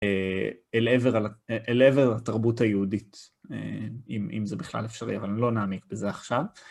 אה.. אל עבר ה, אל עבר התרבות היהודית, אה.. אם, אם זה בכלל אפשרי, אבל אני לא נעמיק בזה עכשיו.